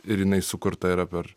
ir jinai sukurta yra per